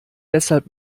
deshalb